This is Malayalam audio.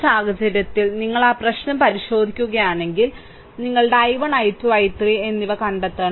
ഈ സാഹചര്യത്തിൽ നിങ്ങൾ ആ പ്രശ്നം പരിശോധിക്കുകയാണെങ്കിൽ നിങ്ങളുടെ i1 i2 i3 എന്നിവ കണ്ടെത്തണം